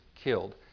killed